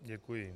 Děkuji.